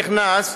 הוא נכנס,